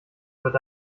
wird